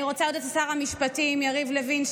אני רוצה להודות לשר המשפטים יריב לוין.